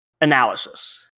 analysis